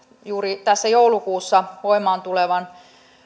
juuri tässä joulukuussa voimaan tulevan